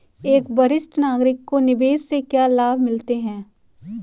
एक वरिष्ठ नागरिक को निवेश से क्या लाभ मिलते हैं?